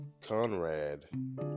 Conrad